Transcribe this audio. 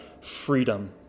freedom